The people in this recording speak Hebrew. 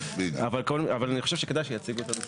אבל, אני חושב שכדאי שיציגו את הנושאים.